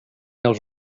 els